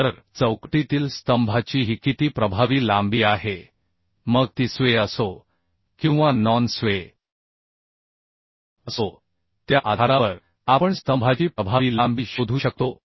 तर चौकटीतील स्तंभाची ही किती प्रभावी लांबी आहे मग ती स्वे असो किंवा नॉन स्वे असो त्या आधारावर आपण स्तंभाची प्रभावी लांबी शोधू शकतो